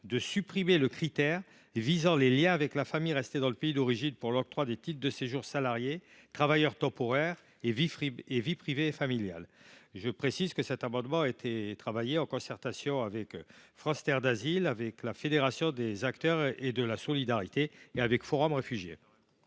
à supprimer le critère visant les « liens de l’étranger avec sa famille restée dans son pays d’origine » pour l’octroi des titres de séjour « salarié »,« travailleur temporaire », et « vie privée et familiale ». Cet amendement a été élaboré en concertation avec France terre d’asile, avec la Fédération des acteurs de la solidarité et avec Forum réfugiés.